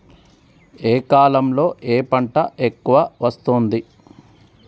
ఏ కాలంలో ఏ పంట ఎక్కువ వస్తోంది?